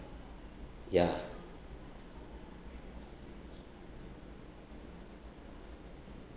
ya